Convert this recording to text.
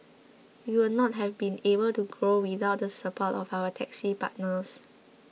we would not have been able to grow without the support of our taxi partners